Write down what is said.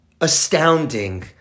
astounding